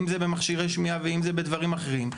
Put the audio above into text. אם זה במכשירי שמיעה ואם זה בדברים אחרים,